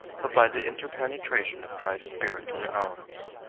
but by the interpenetration of christ's spirit in ours,